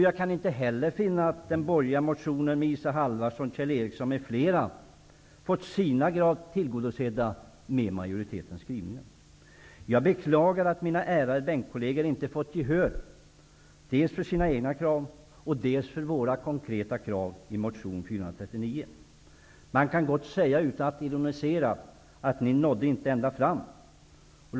Jag kan inte heller finna att kraven i den borgerliga motionen av Isa Halvarsson, Kjell Ericsson m.fl. blivit tillgodosedda med majoritetens skrivning. Jag beklagar att mina ärade bänkkolleger inte fått gehör vare sig för sina egna krav eller för våra konkreta krav i motion 439. Man kan gott utan att ironisera säga att de inte nådde ända fram.